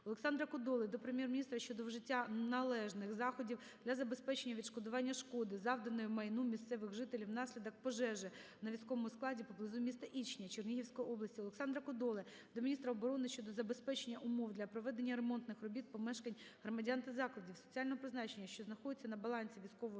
Олександра Кодоли до Прем'єр-міністра щодо вжиття належних заходів для забезпечення відшкодування шкоди, завданої майну місцевих жителів внаслідок пожежі на військовому складі поблизу міста Ічня Чернігівської області. Олександра Кодоли до міністра оборони щодо забезпечення умов для проведення ремонтних робіт помешкань громадян та закладів соціального призначення, що знаходяться на балансі військового